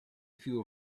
few